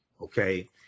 okay